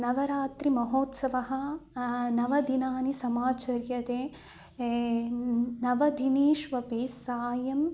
नवरात्रिमहोत्सवः नव दिनानि समाचर्यते नव दिनेष्वपि सायं